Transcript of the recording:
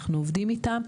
אנחנו עובדים איתם.